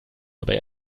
aber